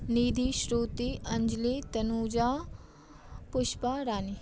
Nidhi Shruti Anjali Tanuja Pushpa Rani